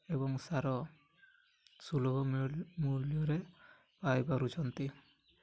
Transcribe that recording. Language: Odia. ଏବଂ ସାର ସୁଲଭ ମୂଲ୍ୟରେ ପାଇପାରୁଛନ୍ତି